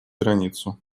границу